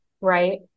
right